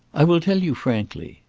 i will tell you frankly.